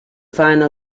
final